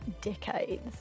decades